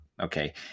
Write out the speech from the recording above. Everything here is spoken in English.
okay